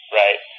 right